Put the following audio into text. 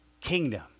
kingdom